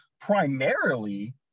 primarily